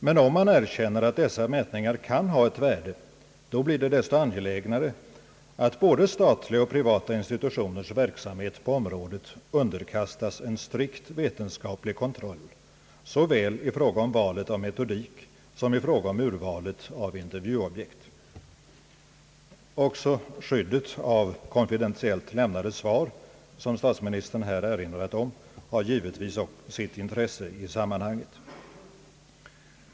Men om man erkänner att des sa mätningar kan ha ett värde, blir det desto angelägnare att både statliga och privata institutioners verksamhet på området underkastas en strikt vetenskaplig kontroll såväl i fråga om valet av metodik som i fråga om urvalet av intervjuobjekt. Också skyddet av konfidentiellt lämnade svar, som statsministern här erinrade om, har givetvis sitt intresse i sammanhanget.